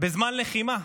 בזמן לחימה,